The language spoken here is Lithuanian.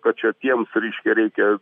kad čia tiems reiškia reikia